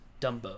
Dumbo